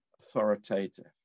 authoritative